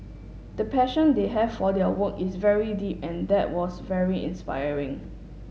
the passion they have for their work is very deep and that was very inspiring